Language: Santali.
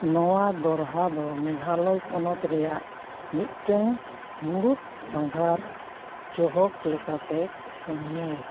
ᱱᱚᱣᱟ ᱫᱚᱨᱦᱟ ᱫᱚ ᱢᱮᱜᱷᱟᱞᱚᱭ ᱯᱚᱱᱚᱛ ᱨᱮᱭᱟᱜ ᱢᱤᱫᱴᱟᱹᱝ ᱢᱩᱬᱩᱫ ᱥᱟᱸᱜᱷᱟᱨ ᱪᱚᱦᱚᱠ ᱞᱮᱠᱟᱛᱮ ᱠᱟᱹᱢᱤᱭᱟᱭ